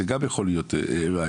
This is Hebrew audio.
זה גם יכול להיות רעיון.